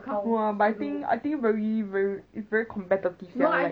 mmhmm but I think I think very very very competitive liao leh